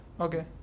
okay